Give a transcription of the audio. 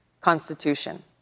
Constitution